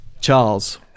Charles